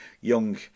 Young